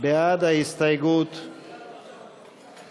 ההסתייגות (9)